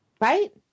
Right